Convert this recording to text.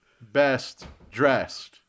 best-dressed